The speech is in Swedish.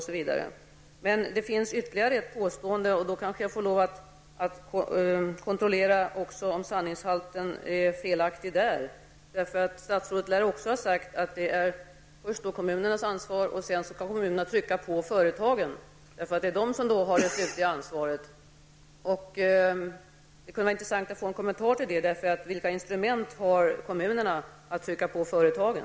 Men det har framkommit ytterligare ett påstående, och jag kanske kan passa på att kontrollera sanningshalten i det. Statsrådet lär också ha sagt att det i första hand är kommunernas ansvar och att kommunerna sedan skall trycka på företagen, eftersom dessa har det slutliga ansvaret. Det kunde vara intressant att få en kommentar till detta, eftersom man frågar sig vilka instrument kommunerna har för att trycka på företagen.